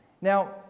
Now